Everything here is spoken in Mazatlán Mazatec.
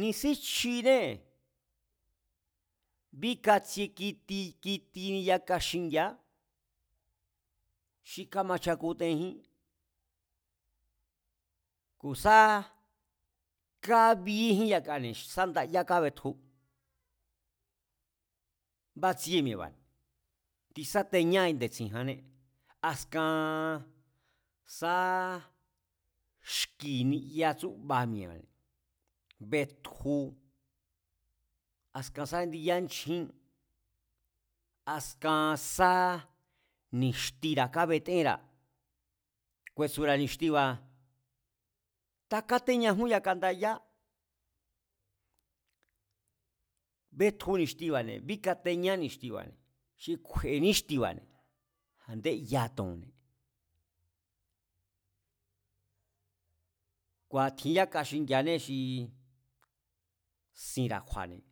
ni̱sí chjinée̱, bíkatsie kiti, kitini yaka xingi̱a̱á, xi kamachakutenjín, ku̱ sa kábíejín yakane̱ sa ndayá kabetju. Batsie mi̱e̱ba̱, tisáteñá xi nde̱tsi̱njanné, askan sá xki̱ niya tsúbá mi̱e̱ba̱, betju askan sá indí yanchjín, askan sá ni̱xtira̱ kabeténra̱, ku̱e̱tsu̱ra̱ ni̱xtira̱, takáteñajún yaka ndayá, betju ni̱xtiba̱ne̱ bíkateñá ni̱xtiba̱ne̱, xi kju̱e̱e níxtiba̱ne̱ a̱ndé ya to̱ṉne̱, kua̱ tjin yaka xingi̱a̱anee̱ xii sinra̱ kju̱a̱ne̱